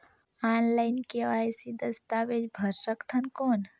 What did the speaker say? Online KYC दस्तावेज भर सकथन कौन?